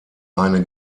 eine